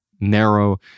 narrow